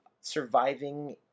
surviving